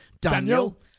Daniel